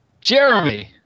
Jeremy